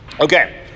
Okay